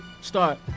start